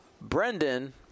Brendan